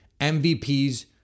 MVPs